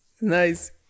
Nice